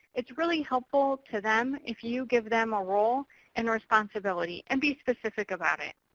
it's really helpful to them if you give them a role and responsibility, and be specific about it.